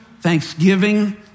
thanksgiving